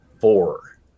four